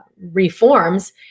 reforms